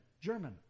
German